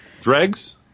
Dregs